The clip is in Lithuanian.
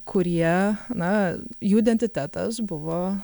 kurie na jų identitetas buvo